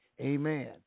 Amen